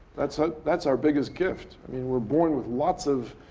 that's so that's our biggest gift. i mean, we're born with lots of